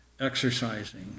exercising